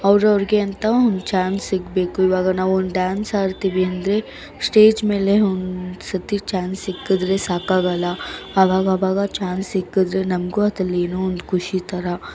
ಅವ್ರವ್ರಿಗೆ ಅಂತ ಒಂದು ಚಾನ್ಸ್ ಸಿಗಬೇಕು ಇವಾಗ ನಾವು ಒಂದು ಡ್ಯಾನ್ಸ್ ಆಡ್ತೀವಿ ಅಂದರೆ ಸ್ಟೇಜ್ ಮೇಲೆ ಒಂದು ಸತಿ ಚಾನ್ಸ್ ಸಿಕ್ಕಿದ್ರೆ ಸಾಕಾಗೋಲ್ಲ ಆವಾಗಾವಾಗ ಚಾನ್ಸ್ ಸಿಕ್ಕಿದ್ರೆ ನಮಗೂ ಅದರಲ್ಲಿ ಏನೋ ಒಂದು ಖುಷಿ ಥರ